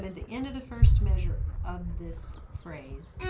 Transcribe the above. the end of the first measure of this phrase.